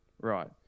Right